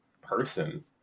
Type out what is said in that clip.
person